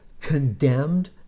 condemned